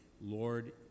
Lord